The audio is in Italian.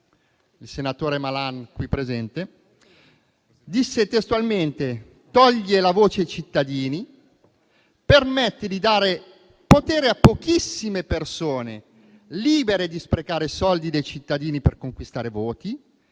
del senatore Malan, qui presente: toglie la voce ai cittadini, permette di dare potere a pochissime persone libere di sprecare soldi dei cittadini per conquistare voti,